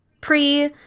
pre